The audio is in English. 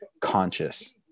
conscious